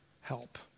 help